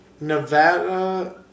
Nevada